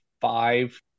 five